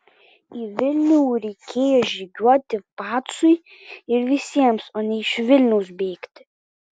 į vilnių reikėjo žygiuoti pacui ir visiems o ne iš vilniaus bėgti